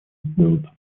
делать